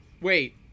Wait